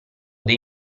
dei